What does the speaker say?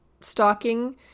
stalking